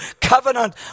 covenant